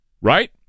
right